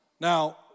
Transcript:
Now